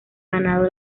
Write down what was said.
ganado